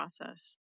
process